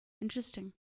Interesting